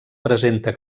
presenta